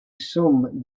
some